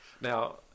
Now